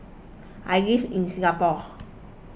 I live in Singapore